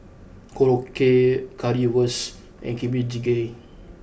Korokke Currywurst and Kimchi jjigae